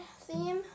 theme